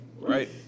right